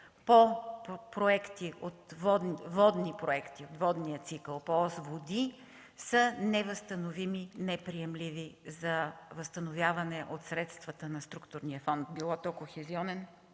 по проекти от водния цикъл по ос „Води” са невъзстановими, неприемливи за възстановяване от средствата на структурния фонд – било Кохезионен